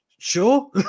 Sure